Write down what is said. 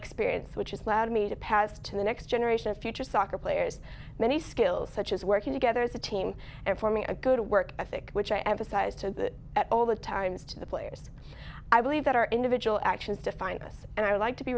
experience which has led me to pass to the next generation of future soccer players many skills such as working together as a team and forming a good work ethic which i emphasized to at all the times to the players i believe that our individual actions define us and i would like to be